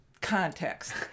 Context